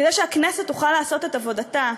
כדי שהכנסת תוכל לעשות את עבודתה,